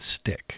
stick